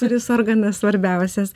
kuris organas svarbiausias